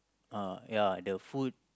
uh ya the food